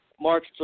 March